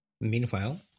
Meanwhile